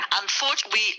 Unfortunately